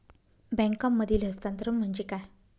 बँकांमधील हस्तांतरण म्हणजे काय?